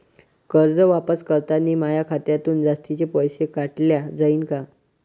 कर्ज वापस करतांनी माया खात्यातून जास्तीचे पैसे काटल्या जाईन का?